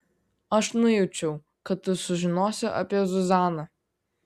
aš nujaučiau kad tu sužinosi apie zuzaną